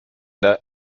der